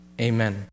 Amen